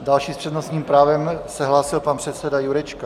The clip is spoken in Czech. Další s přednostním právem se hlásil pan předseda Jurečka.